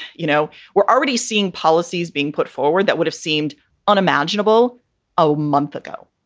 you know, we're already seeing policies being put forward that would have seemed unimaginable a month ago.